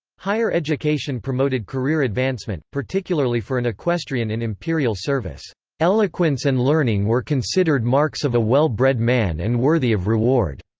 higher education promoted career advancement, particularly for an equestrian in imperial service eloquence and learning were considered marks of a well-bred man and worthy of reward.